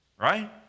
Right